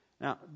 Now